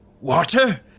Water